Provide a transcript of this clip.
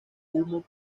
humo